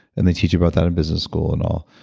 and they teach you about that in business school and all.